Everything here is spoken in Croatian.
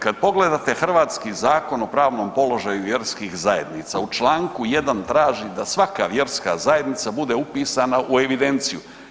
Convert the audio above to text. Kad pogledati hrvatski Zakon o pravnom položaju vjerskih zajednica, u čl. 1 traži da svaka vjerska zajednica bude upisana u evidenciju.